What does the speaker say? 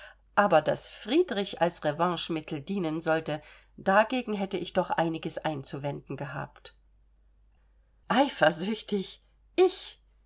aber daß friedrich als revanchemittel dienen sollte dagegen hätte ich doch einiges einzuwenden gehabt eifersüchtig ich